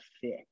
fit